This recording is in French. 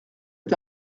est